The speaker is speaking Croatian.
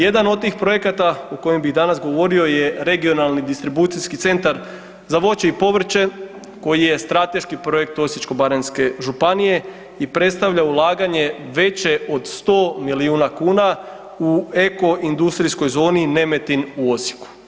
Jedan od tih projekata o kojem bi danas govorio je Regionalni distribucijski centar za voće i povrće koji je strateški projekt Osječko-baranjske županije i predstavlja ulaganje veće od 100 milijuna kuna u Eko industrijskoj zoni „Nemetin“ u Osijeku.